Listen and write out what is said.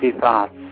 thoughts